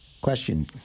question